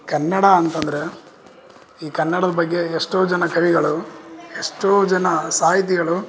ಕನ್ನಡ ಅಂತಂದರೆ ಈ ಕನ್ನಡದ ಬಗ್ಗೆ ಎಷ್ಟೋ ಜನ ಕವಿಗಳು ಎಷ್ಟೋ ಜನ ಸಾಹಿತಿಗಳು